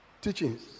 Teachings